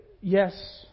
Yes